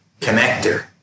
connector